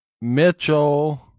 Mitchell